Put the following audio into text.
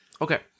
Okay